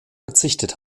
verzichtet